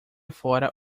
fora